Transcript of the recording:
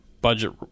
Budget